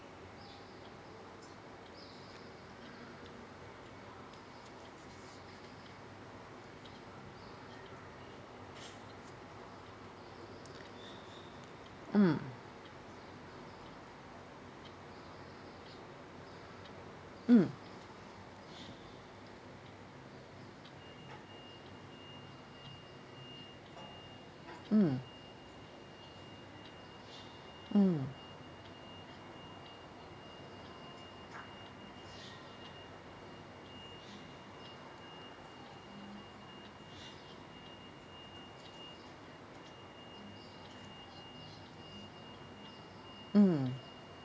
mm mm mm mm mm